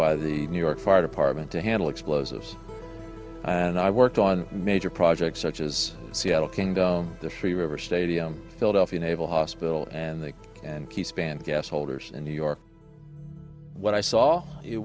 by the new york fire department to handle explosives and i worked on major projects such as seattle kingdome the free river stadium philadelphia naval hospital and the and key span gas holders in new york what i saw it